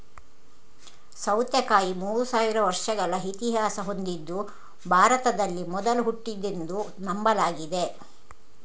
ಸೌತೆಕಾಯಿ ಮೂರು ಸಾವಿರ ವರ್ಷಗಳ ಇತಿಹಾಸ ಹೊಂದಿದ್ದು ಭಾರತದಲ್ಲಿ ಮೊದಲು ಹುಟ್ಟಿದ್ದೆಂದು ನಂಬಲಾಗಿದೆ